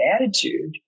attitude